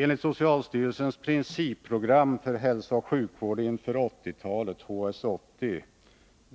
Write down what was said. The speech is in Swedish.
Enligt socialstyrelsens principprogram för hälsooch sjukvård inför 1980-talet, HS-80,